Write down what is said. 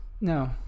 No